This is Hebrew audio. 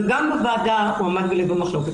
וגם בוועדה הוא עמד בלב המחלוקת.